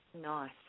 Nice